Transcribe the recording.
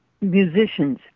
musicians